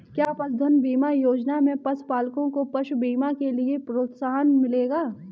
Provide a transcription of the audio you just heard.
क्या पशुधन बीमा योजना से पशुपालकों को पशु बीमा के लिए प्रोत्साहन मिलेगा?